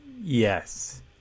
Yes